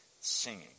singing